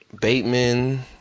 Bateman